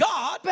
God